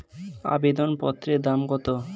আবেদন পত্রের দাম কত?